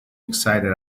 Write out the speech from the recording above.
excited